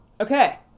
okay